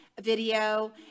video